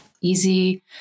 easy